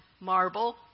marble